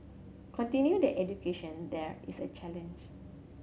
continuing their education there is a challenge